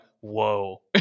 whoa